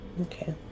okay